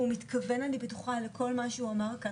ואני בטוחה שהוא מתכוון לכל מה שהוא אמר כאן,